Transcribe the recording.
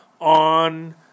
on